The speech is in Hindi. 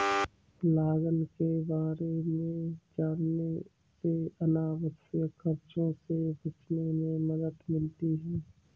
लागत के बारे में जानने से अनावश्यक खर्चों से बचने में मदद मिलती है